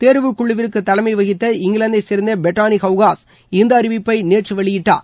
தேர்வு குழுவிற்க தலைமை வகித்த இங்கிலாந்தை சேர்ந்த பெட்டானி ஹவுகாஷ் இந்த அறிவிப்பை நேற்று வெளியிட்டார்